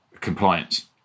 compliance